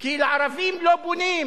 כי לערבים לא בונים.